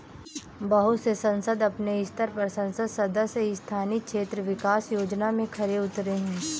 बहुत से संसद अपने स्तर पर संसद सदस्य स्थानीय क्षेत्र विकास योजना में खरे उतरे हैं